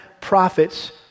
prophets